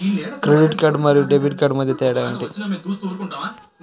Credit card మరియు debit card మధ్య తేడా ఏమిటి?